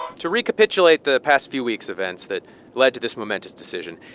to recapitulate the past few weeks' events that led to this momentous decision,